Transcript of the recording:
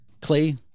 Clay